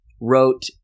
wrote